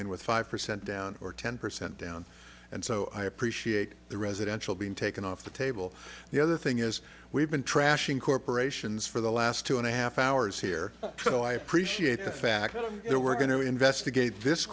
in with five percent down or ten percent down and so i appreciate the residential being taken off the table the other thing is we've been trashing corporations for the last two and a half hours here so i appreciate the fact that we're going to investigate this